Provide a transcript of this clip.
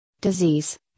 disease